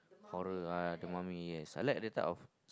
horror ah the mummy yes I like the type of